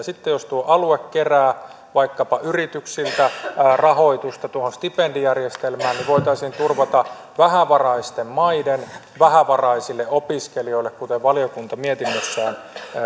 sitten jos alue kerää vaikkapa yrityksiltä rahoitusta tuohon stipendijärjestelmään niin voitaisiin turvata vähävaraisten maiden vähävaraisille opiskelijoille kuten valiokunta mietinnössään